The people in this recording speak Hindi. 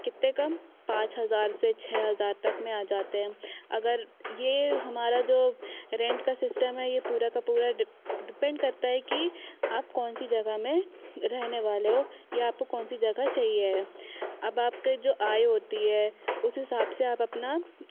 कितने कम पाँच हजार से छः हजार तक में आ जाते हैं अगर ये हमारा जो रेंट का सिस्टम है ये पूरा का पूरा डिपेंड करता है कि आप कौन सी जगह में रहने वाले हो या आपको कौन सी जगह चाहिए अब आपके जो आय होती है उसे हिसाब से आप अपना